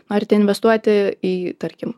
norite investuoti į tarkim